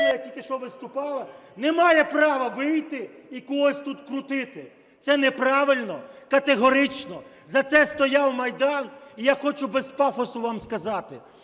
тільки що виступала, не має право вийти і когось тут крутити. Це неправильно, категорично. За це стояв Майдан. І я хочу без пафосу вам сказати,